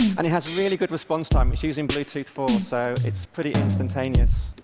and it has really good response time. it's using bluetooth four, so it's pretty instantaneous.